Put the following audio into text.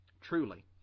truly